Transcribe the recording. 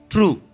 True